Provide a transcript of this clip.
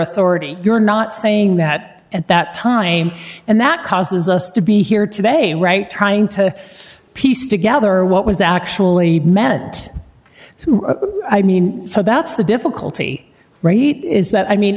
authority you're not saying that at that time and that causes us to be here today right trying to piece together what was actually meant to i mean so that's the difficulty rate is that i mean